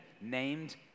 named